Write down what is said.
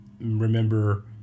Remember